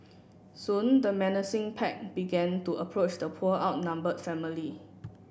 soon the menacing pack began to approach the poor outnumbered family